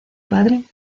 padre